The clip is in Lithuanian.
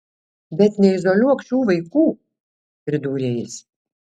bet neizoliuok šių vaikų pridūrė jis